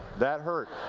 that hurt.